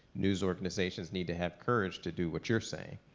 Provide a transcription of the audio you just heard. news organizations need to have courage to do what you're saying,